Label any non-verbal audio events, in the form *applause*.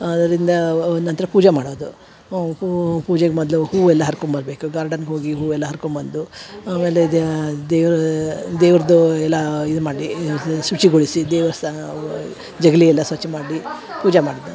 ಅದರಿಂದ ಒಂದು ನಂತರ ಪೂಜೆ ಮಾಡದು ಅವ ಪೂಜೆಗೆ ಮೊದಲು ಹೂವೆಲ್ಲ ಹರ್ಕೊಂಬರಬೇಕು ಗಾರ್ಡನ್ಗೆ ಹೋಗಿ ಹೂವೆಲ್ಲ ಹರ್ಕೊಂಬಂದು ಆಮೇಲೆ ದೇವ್ರ ದೇವ್ರದ್ದು ಎಲ್ಲಾ ಇದು ಮಾಡಿ *unintelligible* ಶುಚಿಗೊಳಿಸಿ ದೇವಸ್ಥಾನ ವ ಜಗಲಿ ಎಲ್ಲ ಸ್ವಚ್ಛ ಮಾಡಿ ಪೂಜೆ ಮಾಡದು